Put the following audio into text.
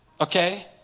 Okay